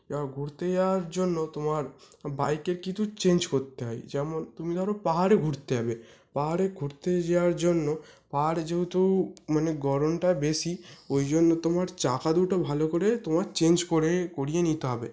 এবার ঘুরতে যাওয়ার জন্য তোমার বাইকের কিছু চেঞ্জ করতে হয় যেমন তুমি ধর পাহাড়ে ঘুরতে যাবে পাহাড়ে ঘুরতে যাওয়ার জন্য পাহাড়ে যেহেতু মানে গরমটা বেশি ওই জন্য তোমার চাকা দুটো ভালো করে তোমার চেঞ্জ করে করিয়ে নিতে হবে